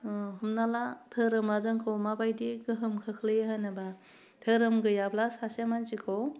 हमना ला धोरोमा जोंखौ माबायदि गोहोम खोख्लैयो होनोबा धोरोम गैयाब्ला सासे मानसिखौ